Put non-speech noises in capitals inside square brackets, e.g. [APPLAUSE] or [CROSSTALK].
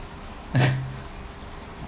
[LAUGHS]